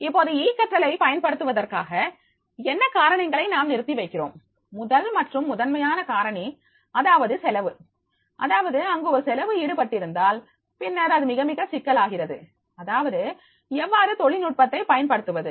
இப்போது ஈ கற்றலை பயன்படுத்துவதற்காக என்ன காரணிகளை நாம் நிறுத்தி வைக்கிறோம் முதல் மற்றும் முதன்மையான காரணி அதாவது செலவு அதாவது அங்கு ஒரு செலவு ஈடுபட்டிருந்தால் பின்னர் அது மிக மிக சிக்கலாகிறது அதாவது எவ்வாறு தொழில்நுட்பத்தை பயன்படுத்துவது